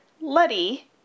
Letty